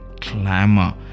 clamor